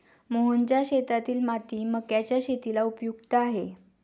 मोहनच्या शेतातील माती मक्याच्या शेतीला उपयुक्त आहे